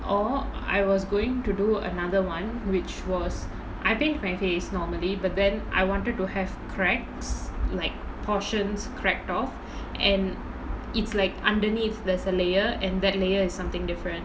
or I was going to do another one which was I paint my face normally but then I wanted to have cracks like portions cracked off and it's like underneath there's a layer and that layer is something different